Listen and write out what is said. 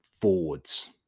forwards